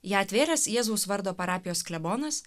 ją atvėręs jėzaus vardo parapijos klebonas